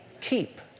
Keep